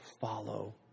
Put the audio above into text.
follow